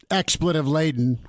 expletive-laden